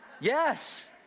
Yes